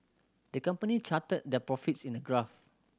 the company charted their profits in a graph